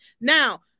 Now